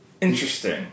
Interesting